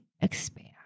expand